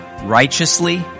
righteously